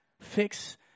Fix